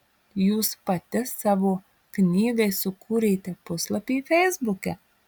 jūs pati savo knygai sukūrėte puslapį feisbuke